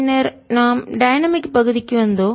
பின்னர் நாம் டைனமிக் இயக்கவியல் பகுதிக்கு வந்தோம்